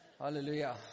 Hallelujah